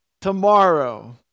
tomorrow